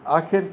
आख़िरि